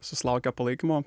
susilaukia palaikymo